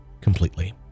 completely